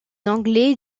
anglais